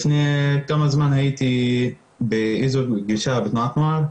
לפני כמה זמן הייתי באיזו פגישה בתנועת נוער.